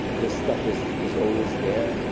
this stuff is is always there.